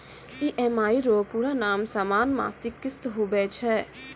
EMI रो पूरा नाम समान मासिक किस्त हुवै छै